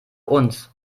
uns